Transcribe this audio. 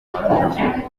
marushanwa